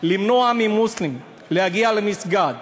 למנוע ממוסלמי להגיע למסגד